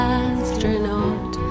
astronaut